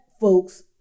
folks